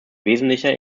wesentlicher